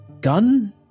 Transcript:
gun